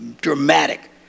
Dramatic